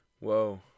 Whoa